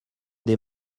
des